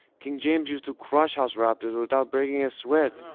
king james used to crush house raptors without breaking a sweat.